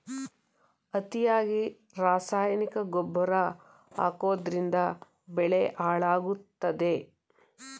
ಅತಿಯಾಗಿ ರಾಸಾಯನಿಕ ಗೊಬ್ಬರ ಹಾಕೋದ್ರಿಂದ ಬೆಳೆ ಹಾಳಾಗುತ್ತದೆ